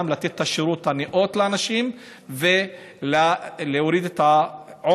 כדי לתת את השירות הנאות לאנשים ולהוריד את העומס,